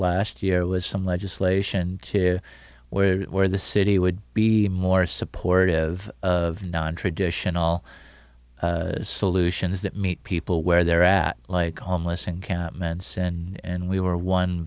last year was some legislation where where the city would be more supportive of nontraditional solutions that meet people where they're at like homeless encampments and we were one